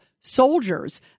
soldiers